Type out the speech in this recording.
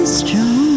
strong